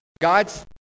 God's